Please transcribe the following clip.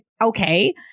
okay